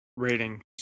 rating